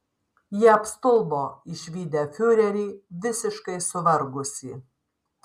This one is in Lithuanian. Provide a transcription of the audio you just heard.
jie apstulbo išvydę fiurerį visiškai suvargusį